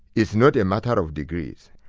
is not a matter of degrees,